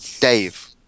Dave